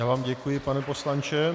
Já vám děkuji, pane poslanče.